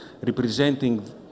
representing